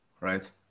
right